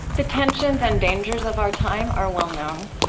the tensions and dangers of our time are well-known.